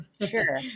Sure